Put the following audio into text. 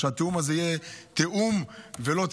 שהתיאום הזה יהיה תיאום ולא תקיעה,